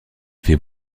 fait